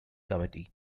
committee